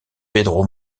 pedro